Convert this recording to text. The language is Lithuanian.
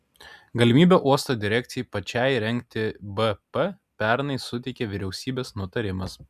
galimybę uosto direkcijai pačiai rengti bp pernai suteikė vyriausybės nutarimas